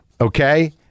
Okay